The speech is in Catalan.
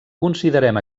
considerem